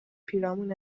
پیرامون